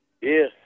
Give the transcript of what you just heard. Yes